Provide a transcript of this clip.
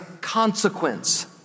consequence